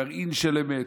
גרעין של אמת,